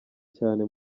cyane